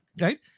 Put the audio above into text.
right